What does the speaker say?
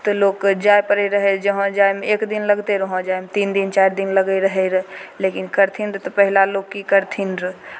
तऽ लोककेँ जाय पड़ैत रहय जहाँ जायमे एकदिन लगतै रहए उहाँ जायमे तीन दिन चारि दिन रहै रहए लेकिन करथिन तऽ पहिला लोक की करथिन रहए